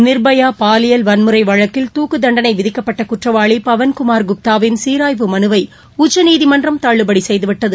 நிர்பயா பாலியல் வன்முறை வழக்கில் துக்கு தண்டனை விதிக்கப்பட்ட குற்றவாளி பவள் குமார் குப்தாவின் சீராய்வு மனுவை உச்சநீதிமன்றம் தள்ளுபடி செய்துவிட்டது